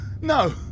no